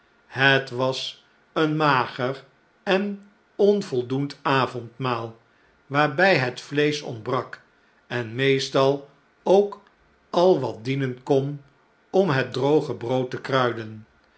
het was een mager en onvoldoend avondmaal waarbh het vleeseh ontbrak en meestal ook al wat dienen kon om het droge brood te kruiden